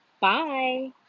Bye